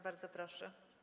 Bardzo proszę.